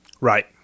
Right